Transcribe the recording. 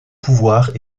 pouvoirs